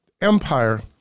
empire